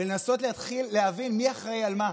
ולנסות להתחיל להבין מי אחראי למה.